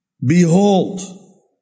Behold